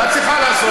הייתה צריכה לעשות.